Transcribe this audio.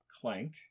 clank